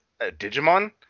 Digimon